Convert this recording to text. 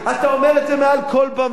אתה אומר את זה מעל כל במה.